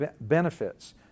benefits